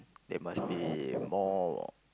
they must be more